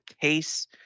case